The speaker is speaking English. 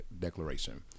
declaration